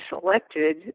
selected